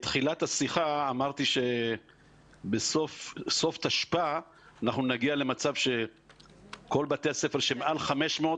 בתחילת השיחה אמרתי שבסוף תשפ"א אנחנו נגיע למצב שבכל בתי הספר מעל 500,